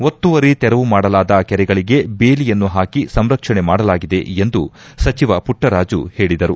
ಒತ್ತುವರಿ ತೆರವು ಮಾಡಲಾದ ಕೆರೆಗಳಿಗೆ ಬೇಲಿಯನ್ನು ಹಾಕಿ ಸಂರಕ್ಷಣೆ ಮಾಡಲಾಗಿದೆ ಎಂದು ಸಚಿವ ಪುಟ್ಟರಾಜು ಹೇಳಿದರು